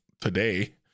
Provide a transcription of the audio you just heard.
today